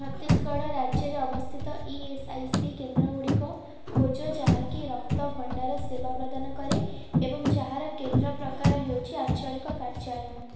ଛତିଶଗଡ଼ ରାଜ୍ୟରେ ଅବସ୍ଥିତ E S I C କେନ୍ଦ୍ରଗୁଡ଼ିକ ଖୋଜ ଯାହାକି ରକ୍ତ ଭଣ୍ଡାର ସେବା ପ୍ରଦାନ କରେ ଏବଂ ଯାହାର କେନ୍ଦ୍ର ପ୍ରକାର ହେଉଛି ଆଞ୍ଚଳିକ କାର୍ଯ୍ୟାଳୟ